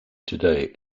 today